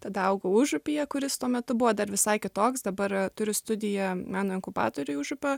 tada augau užupyje kuris tuo metu buvo dar visai kitoks dabar turiu studiją meno inkubatoriuj užupio